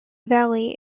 valley